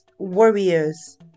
warriors